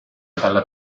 dalla